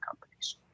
companies